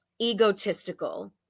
egotistical